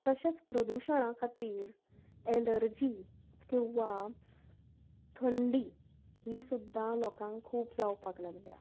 तशेंच प्रदुशणा खातीर एलर्जी किंवां थंडी ही सुद्दां लोकांक खूब जावपाक लागल्या